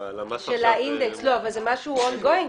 אם זה משהו on going,